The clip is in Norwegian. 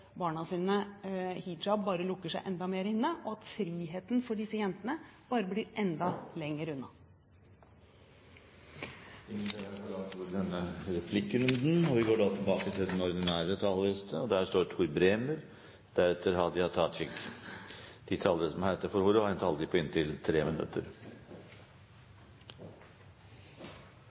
barna sine hijab, lukker seg enda mer inne, og at friheten for disse jentene bare blir enda lenger unna. Replikkordskiftet er over. De talere som heretter får ordet, har en taletid på inntil 3 minutter.